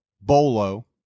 bolo